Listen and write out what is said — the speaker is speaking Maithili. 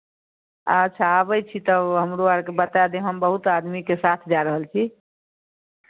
अच्छा आबै छी तब हमरो आरकेँ बता देब हम बहुत आदमीके साथ जा रहल छी